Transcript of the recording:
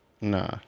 Nah